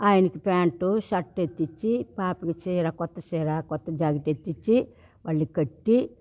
ఆయనకు pant shirt ఎత్తిచ్చి పాపని చీర కొత్త చీర కొత్త జాకెట్ ఎత్తిచ్చి వాళ్ళక్కట్టి